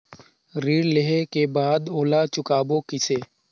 ऋण लेहें के बाद ओला चुकाबो किसे?